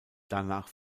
danach